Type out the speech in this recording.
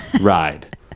ride